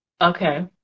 Okay